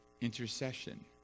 intercession